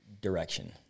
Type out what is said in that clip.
direction